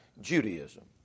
Judaism